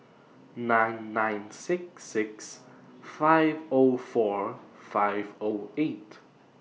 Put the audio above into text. nine nine six six five O four five O eight